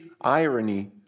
irony